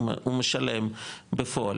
הוא משלם בפועל,